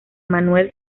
manuel